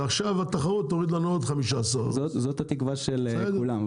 ועכשיו גם התחרות תוריד לנו עוד 15%. זאת התקווה של כולם,